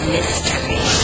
Mystery